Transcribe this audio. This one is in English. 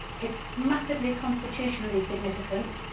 it's massively constitutionally significant.